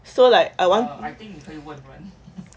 so like I want